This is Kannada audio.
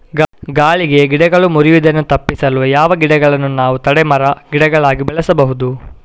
ಗಾಳಿಗೆ ಗಿಡಗಳು ಮುರಿಯುದನ್ನು ತಪಿಸಲು ಯಾವ ಗಿಡಗಳನ್ನು ನಾವು ತಡೆ ಮರ, ಗಿಡಗಳಾಗಿ ಬೆಳಸಬಹುದು?